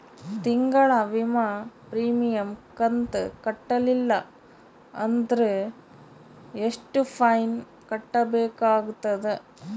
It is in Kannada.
ತಿಂಗಳ ವಿಮಾ ಪ್ರೀಮಿಯಂ ಕಂತ ಕಟ್ಟಲಿಲ್ಲ ಅಂದ್ರ ಎಷ್ಟ ಫೈನ ಕಟ್ಟಬೇಕಾಗತದ?